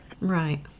Right